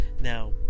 now